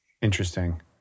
interesting